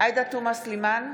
עאידה תומא סלימאן,